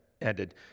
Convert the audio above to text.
ended